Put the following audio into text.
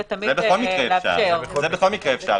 זה בכל מקרה אפשר.